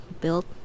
built